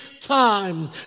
Time